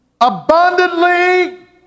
abundantly